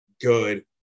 good